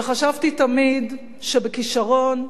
וחשבתי תמיד שבכשרון,